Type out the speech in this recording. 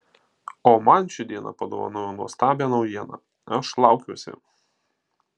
o man ši diena padovanojo nuostabią naujieną aš laukiuosi